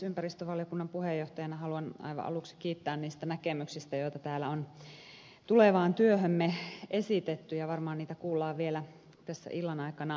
ympäristövaliokunnan puheenjohtajana haluan aivan aluksi kiittää niistä näkemyksistä joita täällä on tulevaa työtämme koskien esitetty ja varmaan niitä kuullaan vielä tässä illan aikana lisää